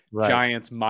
giants